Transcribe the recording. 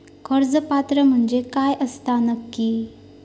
कर्ज पात्र म्हणजे काय असता नक्की?